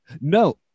No